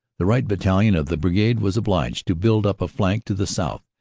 the right battalion of the brigade was obliged to build up a flank to the south,